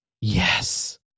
Yes